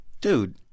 Dude